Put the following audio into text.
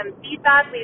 feedback